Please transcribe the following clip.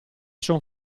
son